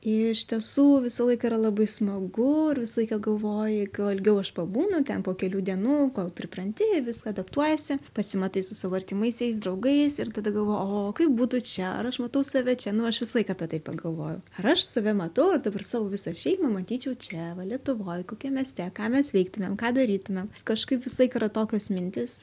iš tiesų visą laiką yra labai smagu ir visą laiką galvoji kuo ilgiau aš pabūnu ten po kelių dienų kol pripranti viską adaptuojiesi pasimatai su savo artimaisiais draugais ir tada galvoji o kaip būtų čia ar aš matau save čia nu aš visą laiką apie tai pagalvoju ar aš save matau ir dabar savo visą šeimą matyčiau čia va lietuvoj kokiam mieste ką mes veiktumėm ką darytumėm kažkaip visą laiką yra tokios mintys